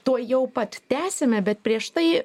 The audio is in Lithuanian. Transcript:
tuojau pat tęsime bet prieš tai